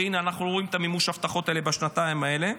והינה אנחנו רואים את מימוש ההבטחות האלה בשנתיים האלה,